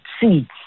see